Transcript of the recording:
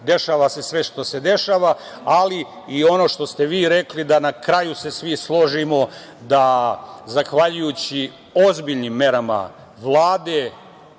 dešava se sve što se dešava, ali i ono što ste vi rekli da na kraju se svi složimo da zahvaljujući ozbiljnim merama Vlade,